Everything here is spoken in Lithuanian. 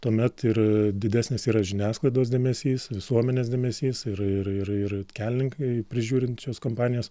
tuomet ir didesnis yra žiniasklaidos dėmesys visuomenės dėmesys ir ir ir ir kelininkai prižiūrinčios kompanijos